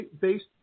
based